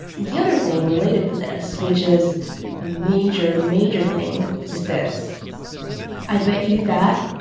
and the other thing related to this which is a major, major thing, is this i bet you that,